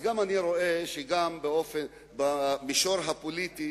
אני רואה שגם במישור הפוליטי